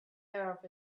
earth